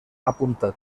apuntat